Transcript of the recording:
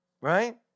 right